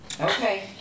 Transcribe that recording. Okay